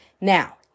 Now